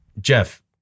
Jeff